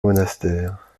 monastère